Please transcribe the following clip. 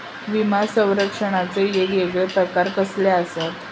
विमा सौरक्षणाचे येगयेगळे प्रकार कसले आसत?